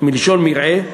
מלשון מרעה,